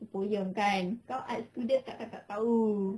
poem kan kau art student takkan tak tahu